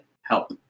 help